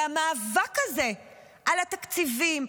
והמאבק הזה על התקציבים,